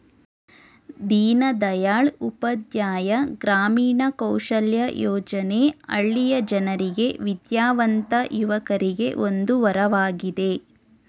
ದೀನದಯಾಳ್ ಉಪಾಧ್ಯಾಯ ಗ್ರಾಮೀಣ ಕೌಶಲ್ಯ ಯೋಜನೆ ಹಳ್ಳಿಯ ಜನರಿಗೆ ವಿದ್ಯಾವಂತ ಯುವಕರಿಗೆ ಒಂದು ವರವಾಗಿದೆ